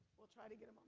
we're trying to yeah